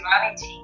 humanity